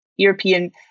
European